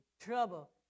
trouble